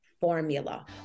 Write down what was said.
formula